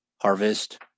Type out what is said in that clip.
harvest